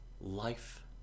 life